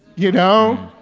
you know?